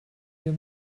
you